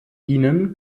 ihnen